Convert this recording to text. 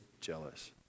jealous